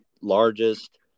largest